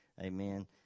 amen